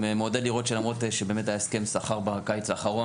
מעודד לראות שלמרות שהיה הסכם שכר בקיץ האחרון